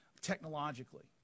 technologically